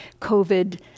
COVID